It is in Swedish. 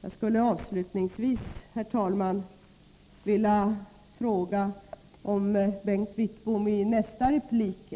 Jag skulle avslutningsvis, herr talman, vilja fråga om Bengt Wittbom